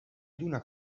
lluna